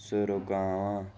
سُہ رُکاوان